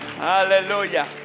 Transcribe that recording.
Aleluya